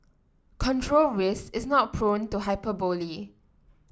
control risk is not prone to hyperbole